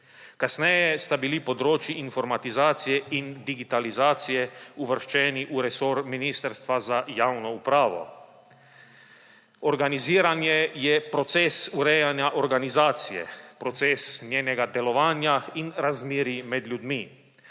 Kasneje sta bili področji informatizacije in digitalizacije uvrščeni v resor ministrstva za javno upravo. Organiziranje je proces urejanja organizacije, proces njenega delovanja in razmerij med ljudmi.